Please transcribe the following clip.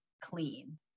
clean